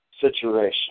situation